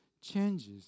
changes